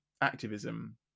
activism